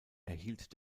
erhielt